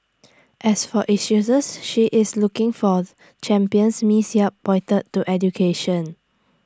as for issues she is looking for champions miss yap pointed to education